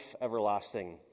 everlasting